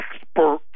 expert